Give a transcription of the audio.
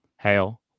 hail